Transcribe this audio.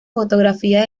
fotografías